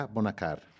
Bonacar